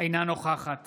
אינה נוכחת